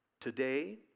Today